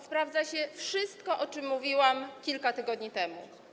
Sprawdza się wszystko, o czym mówiłam kilka tygodni temu.